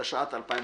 התשע"ט-2018.